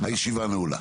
הישיבה נעולה.